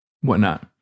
whatnot